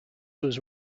was